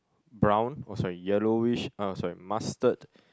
brown oh sorry yellowish oh sorry mustard